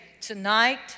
tonight